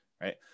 right